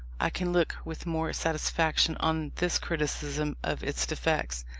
i can look with more satisfaction on this criticism of its defects,